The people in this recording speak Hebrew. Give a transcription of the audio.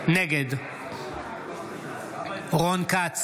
נגד רון כץ,